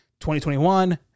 2021